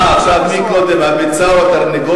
אה, עכשיו מי קודם, הביצה או התרנגולת.